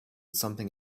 something